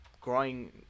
growing